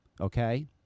okay